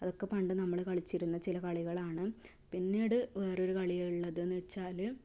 അതൊക്കെ പണ്ട് നമ്മൾ കളിച്ചിരുന്ന ചില കളികളാണ് പിന്നീട് വേറൊരു കളി ഉള്ളതെന്ന് വെച്ചാൽ